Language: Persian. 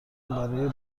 برای